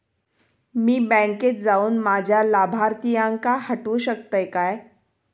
मी बँकेत जाऊन माझ्या लाभारतीयांका हटवू शकतय काय?